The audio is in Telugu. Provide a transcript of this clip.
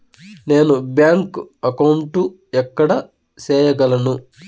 నేను బ్యాంక్ అకౌంటు ఎక్కడ సేయగలను